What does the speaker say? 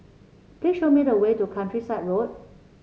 please show me the way to Countryside Road